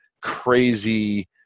crazy